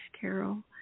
carol